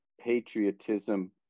patriotism